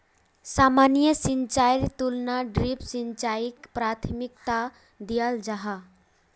सामान्य सिंचाईर तुलनात ड्रिप सिंचाईक प्राथमिकता दियाल जाहा